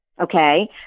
Okay